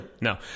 No